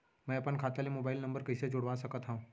मैं अपन खाता ले मोबाइल नम्बर कइसे जोड़वा सकत हव?